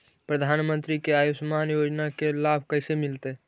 प्रधानमंत्री के आयुषमान योजना के लाभ कैसे मिलतै?